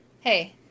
hey